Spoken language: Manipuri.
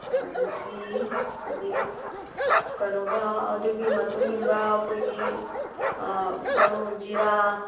ꯑꯗꯒꯤ ꯍꯧꯖꯤꯛ ꯀꯩꯅꯣꯒ ꯑꯗꯨꯒꯤ ꯃꯇꯨꯡꯏꯟꯕ ꯑꯩꯈꯣꯏꯒꯤ ꯃꯔꯨ ꯖꯤꯔꯥ